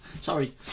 Sorry